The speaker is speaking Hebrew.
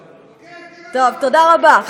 טוב, תודה רבה.